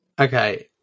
Okay